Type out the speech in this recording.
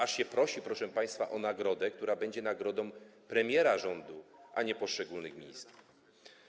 Aż się prosi, proszę państwa, o nagrodę, która będzie nagrodą premiera rządu, a nie poszczególnych ministrów.